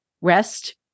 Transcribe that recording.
rest